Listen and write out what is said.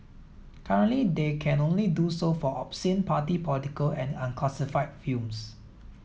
currently they can only do so for obscene party political and unclassified films